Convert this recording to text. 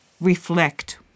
reflect